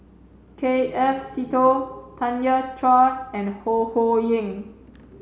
K F Seetoh Tanya Chua and Ho Ho Ying